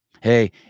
Hey